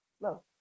no